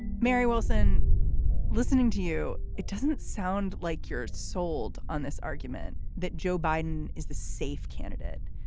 mary wilson listening to you, it doesn't sound like you're sold on this argument that joe biden is the safe candidate,